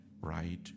right